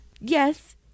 Yes